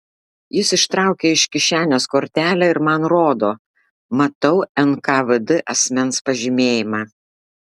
jis ištraukė iš kišenės kortelę ir man rodo matau nkvd asmens pažymėjimą